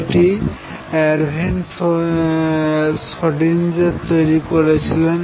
যেটি Erwin Schrodinger তৈরি করেছিলেন